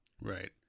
Right